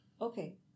Okay